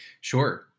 Sure